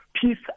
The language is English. peace